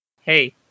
Hey